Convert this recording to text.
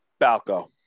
Balco